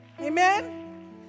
Amen